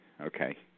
Okay